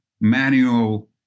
manual